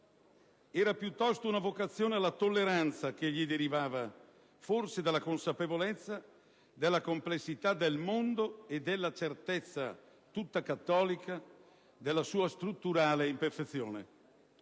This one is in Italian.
Era, piuttosto, una vocazione alla tolleranza che gli derivava forse dalla consapevolezza della complessità del mondo e dalla certezza, tutta cattolica, della sua strutturale imperfezione.